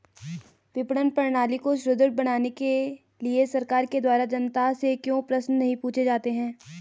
विपणन प्रणाली को सुदृढ़ बनाने के लिए सरकार के द्वारा जनता से क्यों प्रश्न नहीं पूछे जाते हैं?